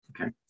okay